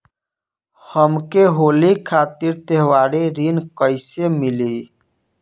हमके होली खातिर त्योहारी ऋण कइसे मीली?